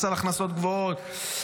מס על הכנסות גבוהות,